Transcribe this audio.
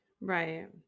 Right